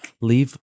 leave